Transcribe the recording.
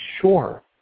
sure